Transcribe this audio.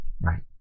Right